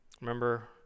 Remember